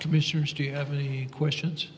commissioners do you have any questions